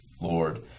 Lord